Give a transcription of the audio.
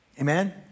Amen